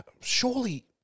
surely